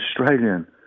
Australian